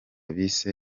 bise